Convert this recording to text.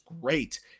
great